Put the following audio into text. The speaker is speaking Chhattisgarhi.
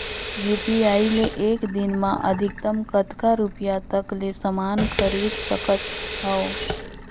यू.पी.आई ले एक दिन म अधिकतम कतका रुपिया तक ले समान खरीद सकत हवं?